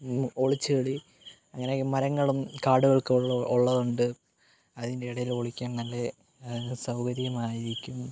ഒളിച്ച് കളി ഇങ്ങനെ മരങ്ങളും കാടുകളും ഒക്കെ ഉള്ള ഉള്ളതുകൊണ്ട് അതിൻ്റിടയിൽ ഒളിക്കാൻ നല്ല നല്ല സൗകര്യമായിരിക്കും